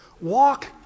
Walk